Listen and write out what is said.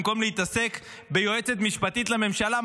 במקום להתעסק ביועצת משפטית לממשלה?